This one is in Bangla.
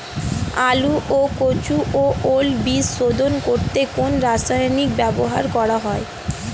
আলু ও কচু ও ওল বীজ শোধন করতে কোন রাসায়নিক ব্যবহার করা হয়?